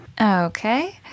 Okay